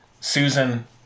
Susan